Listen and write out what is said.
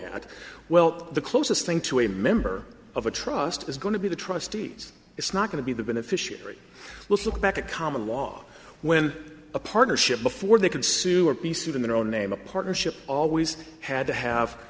at well the closest thing to a member of a trust is going to be the trustees it's not going to be the beneficiary let's look back at common law when a partnership before they can sue or be sued in their own name a partnership always had to